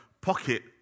pocket